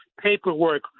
paperwork